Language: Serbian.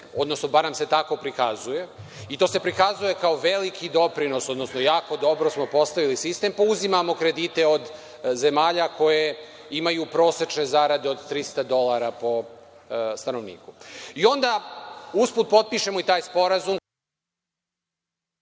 odnosno barem se tako prikazuje i to se prikazuje kao veliki doprinos, odnosno jako dobro smo postavili sistem, pa uzimamo kredite od zemalja koje imaju prosečne zarade od 300 dolara po stanovniku.I onda usput potpišemo i taj sporazum